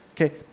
okay